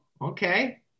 okay